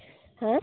হাঁ